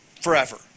forever